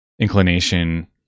inclination